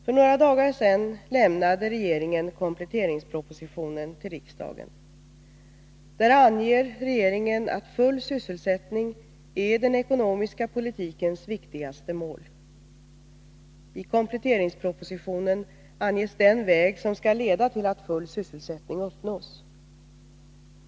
För några dagar sedan lämnade regeringen kompletteringspropositionen till riksdagen. Där anger regeringen att full sysselsättning är den ekonomiska politikens viktigaste mål. I kompletteringspropositioen anges den väg som skall leda till att full sysselsättning uppnås.